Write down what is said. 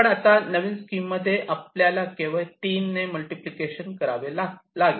पण नवीन number scheme मध्ये आपल्याला केवळ 3 ने मल्टिप्लिकेशन करावे लागेल